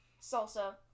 salsa